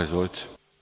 Izvolite.